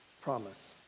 promise